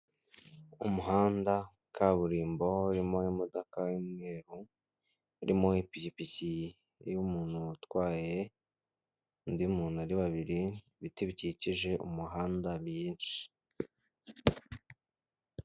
Umuhanda wa kaburimbo urimo imodoka y'umweru, urimo ipikipiki y'umuntu utwaye undi muntu ari babiri, ibiti bikikije umuhanda byinshi